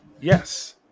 yes